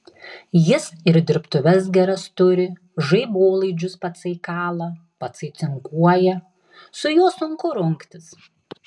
jis ir dirbtuves geras turi žaibolaidžius patsai kala patsai cinkuoja su juo sunku rungtis